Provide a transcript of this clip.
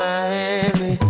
Miami